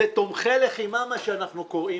זה תומכי לחימה מה שאנחנו קוראים,